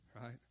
right